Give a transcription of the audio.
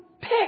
pick